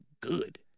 good